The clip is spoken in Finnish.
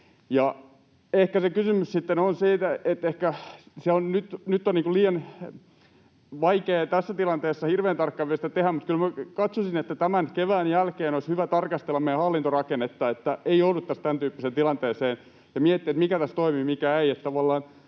Kysymys on sitten siitä, että ehkä sitä on nyt liian vaikeaa tässä tilanteessa hirveän tarkkaan vielä tehdä, mutta kyllä minä katsoisin, että tämän kevään jälkeen olisi hyvä tarkastella meidän hallintorakennetta, että ei jouduttaisi tämäntyyppiseen tilanteeseen, ja miettiä, mikä tässä toimii ja mikä ei